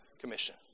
commission